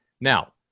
Now